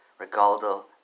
Regaldo